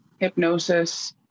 Hypnosis